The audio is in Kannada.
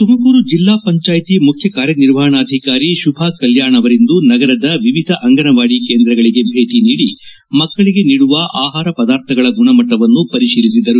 ತುಮಕೂರು ಜಿಲ್ಲಾ ಪಂಚಾಯತಿ ಮುಖ್ಯ ಕಾರ್ಯನಿರ್ವಹಣಾಧಿಕಾರಿ ಶುಭಾ ಕಲ್ಕಾಣ್ ಅವರಿಂದು ನಗರದ ವಿವಿಧ ಅಂಗನವಾಡಿ ಕೇಂದ್ರಗಳಗೆ ಭೇಟಿ ನೀಡಿ ಮಕ್ಕಳಿಗೆ ನೀಡುವ ಆಹಾರ ಪದಾರ್ಥಗಳ ಗುಣಮಟ್ಟವನ್ನು ಪರಿತೀಲಿಸಿದರು